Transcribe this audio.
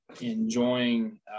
enjoying